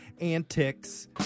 antics